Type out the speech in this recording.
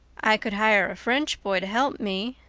i could hire a french boy to help me,